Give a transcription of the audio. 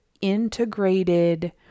integrated